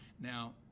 Now